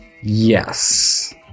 yes